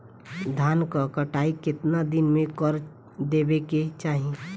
धान क कटाई केतना दिन में कर देवें कि चाही?